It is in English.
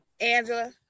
Angela